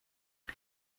die